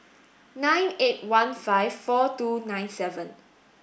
nine eight one five four two nine seven